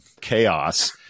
chaos